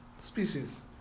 species